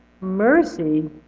mercy